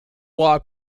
law